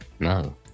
No